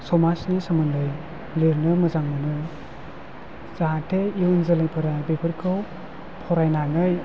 समाजनि सोमोन्दै लिरनो मोजां मोनो जाहाथे इयुन जोलैफोरा बेफोरखौ फरायनानै